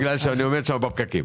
בגלל שאני עומד שם בפקקים.